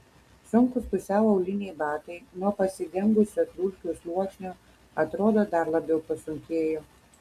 sunkūs pusiau auliniai batai nuo pasidengusio dulkių sluoksnio atrodo dar labiau pasunkėjo